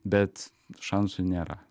bet šansų nėra